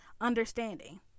understanding